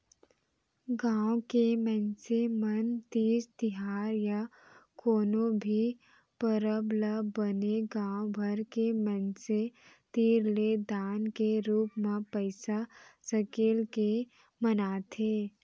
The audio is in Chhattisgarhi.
गाँव के मनसे मन तीज तिहार या कोनो भी परब ल बने गाँव भर के मनसे तीर ले दान के रूप म पइसा सकेल के मनाथे